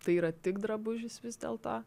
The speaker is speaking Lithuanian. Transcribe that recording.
tai yra tik drabužis vis dėlto